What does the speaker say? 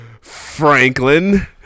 Franklin